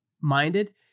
minded